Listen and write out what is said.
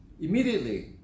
Immediately